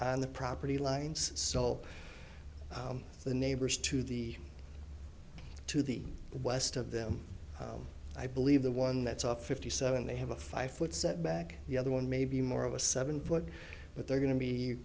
on the property lines sell the neighbors to the to the west of them i believe the one that's up fifty seven they have a five foot setback the other one may be more of a seven foot but they're going to be